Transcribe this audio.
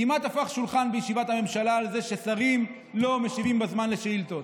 כמעט הפך שולחן בישיבת הממשלה על זה ששרים לא משיבים בזמן על שאילתות.